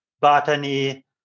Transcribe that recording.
botany